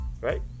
right